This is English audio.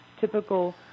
Typical